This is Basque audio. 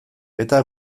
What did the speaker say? eta